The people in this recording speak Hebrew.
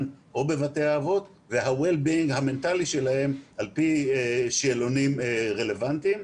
או בבתי האבות וה-well-being המנטלי שלהם על פי שאלונים רלוונטיים?